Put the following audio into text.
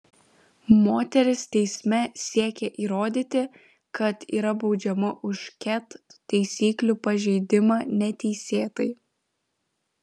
moteris teisme siekia įrodyti kad yra baudžiama už ket taisyklių pažeidimą neteisėtai